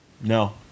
no